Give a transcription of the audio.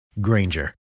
Granger